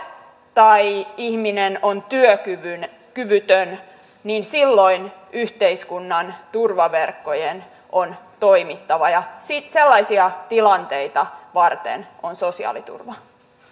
tai ihminen on työkyvytön niin silloin yhteiskunnan turvaverkkojen on toimittava ja sellaisia tilanteita varten on sosiaaliturva